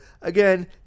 again